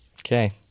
okay